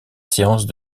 séance